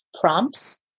prompts